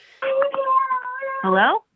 Hello